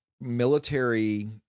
military